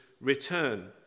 return